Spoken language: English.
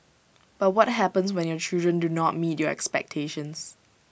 but what happens when your children do not meet your expectations